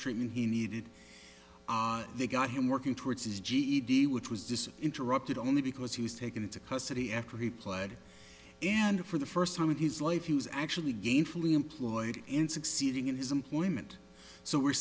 treatment he needed on they got him working towards his ged which was just interested only because he was taken into custody after he pled and for the first time in his life he was actually gainfully employed in succeeding in his employment so we're